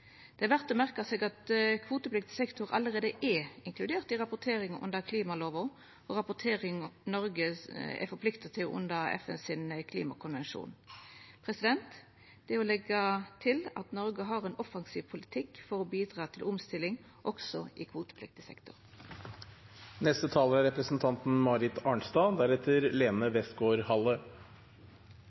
Det er verdt å merka seg at kvotepliktig sektor allereie er inkludert i rapportering under klimalova og rapporteringa Noreg er forplikta til under FNs klimakonvensjon. Eg vil òg leggja til at Noreg har ein offensiv politikk for å bidra til omstilling også i kvotepliktig sektor. Det er